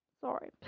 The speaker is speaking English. Sorry